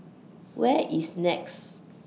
Where IS Nex